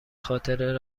خاطره